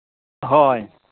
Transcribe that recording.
ᱦᱳᱭ